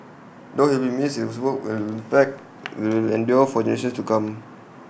though he will be missed his work and impact will endure for generations to come